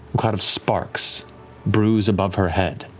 a cloud of sparks brews above her head,